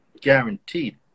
guaranteed